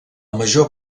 major